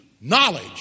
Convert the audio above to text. knowledge